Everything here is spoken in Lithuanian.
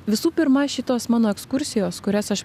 visų pirma šitos mano ekskursijos kurias aš